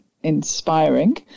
inspiring